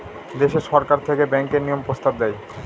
দেশে সরকার থেকে ব্যাঙ্কের নিয়ম প্রস্তাব দেয়